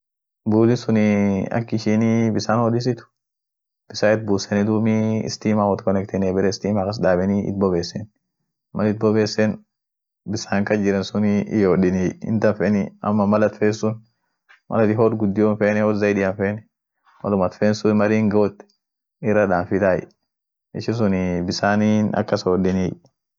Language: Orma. Pescopinii ak inin huji midaas, won bayatii won sidur ijetsun, iran dabrai woishin won gudio au won sidogort. gargaati sidogort, ishinii iran dabarsite won amtan dandeete sidogorte atin dandeete siihindagar dursa bidii midaasite tan dabarte sunii sidagarsisitie, wo. bayaa amo won sidur ijet yoyote, durumaan baasite sidagarsisit